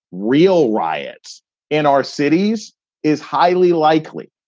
real riots in our cities is highly likely.